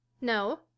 No